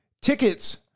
Tickets